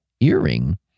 earring